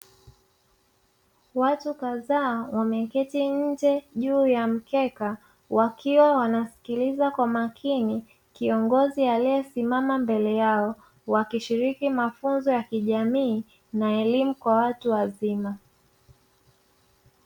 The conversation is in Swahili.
Watu kadhaa wameketi nje juu ya mkeka wakiwa wanasikiliza kwa makini kiongozi aliyesimama mbele yao, wakishiriki mafunzo ya kijamii na elimu kwa watu wazima.